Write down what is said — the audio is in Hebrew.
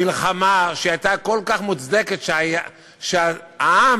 מלחמה שהייתה כל כך מוצדקת, שהעם